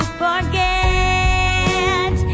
forget